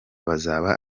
bazaba